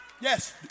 Yes